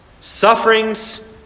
sufferings